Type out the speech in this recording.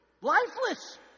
lifeless